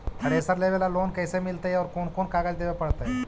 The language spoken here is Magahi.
थरेसर लेबे ल लोन कैसे मिलतइ और कोन कोन कागज देबे पड़तै?